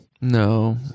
No